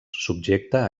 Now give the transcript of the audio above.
subjecta